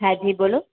હા જી બોલો